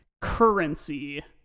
currency